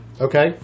okay